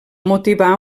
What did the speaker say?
motivar